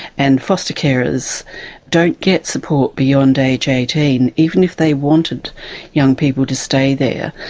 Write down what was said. and foster carers don't get support beyond aged eighteen. even if they wanted young people to stay there,